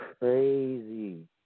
Crazy